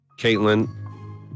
Caitlin